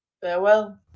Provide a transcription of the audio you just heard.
Farewell